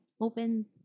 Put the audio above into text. open